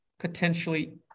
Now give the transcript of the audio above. potentially